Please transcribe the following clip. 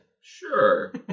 Sure